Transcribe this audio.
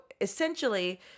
essentially